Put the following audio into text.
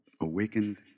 awakened